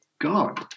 God